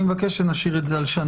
אני מבקש שנשאיר את זה על שנה.